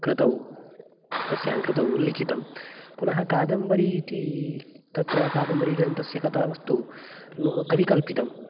कृतौ तस्यां कृतौ उल्लिखितं पुनः कादम्बरी इति तत्र कादम्बरीग्रन्थस्य कथावस्तु नु कविकल्पितं